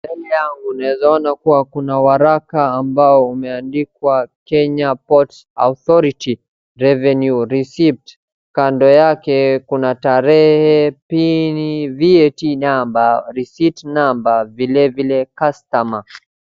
Mbele yangu unawezaona kuwa walaka ambao umeandikwa Kenya port authority revenue receipt kando yake kuna tarehe pili VAT number, receipt number vile vile customer .